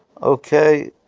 Okay